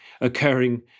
occurring